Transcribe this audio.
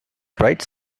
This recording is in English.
bright